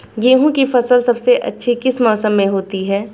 गेंहू की फसल सबसे अच्छी किस मौसम में होती है?